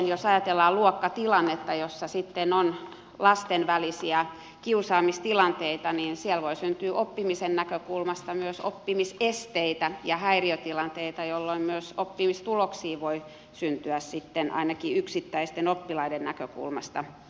jos ajatellaan luokkatilannetta jossa on lasten välisiä kiusaamistilanteita niin siellä voi syntyä oppimisen näkökulmasta myös oppimisesteitä ja häiriötilanteita jolloin myös oppimistuloksiin voi syntyä ainakin yksittäisten oppilaiden näkökulmasta heikennyksiä